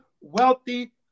wealthy